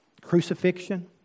crucifixion